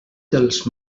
dels